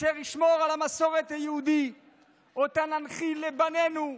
אשר ישמור על המסורת היהודית שננחיל לבנינו,